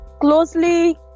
closely